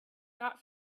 not